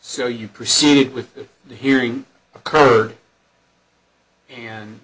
so you proceed with the hearing occurred and